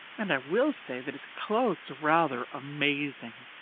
and i will say that his clothes are rather amazing.